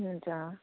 हुन्छ